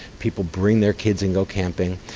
people bring their kids and go camping,